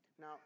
Now